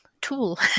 tool